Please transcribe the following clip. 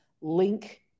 link